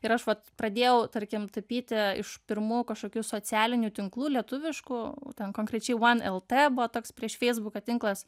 ir aš vat pradėjau tarkim tapyti iš pirmųjų kažkokių socialinių tinklų lietuviškų ten konkrečiai one lt buvo toks prieš feisbuką tinklas